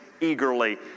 eagerly